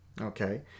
Okay